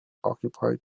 occupied